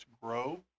grow